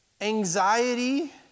anxiety